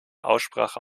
aussprache